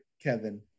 Kevin